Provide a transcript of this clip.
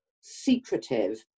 secretive